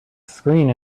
screen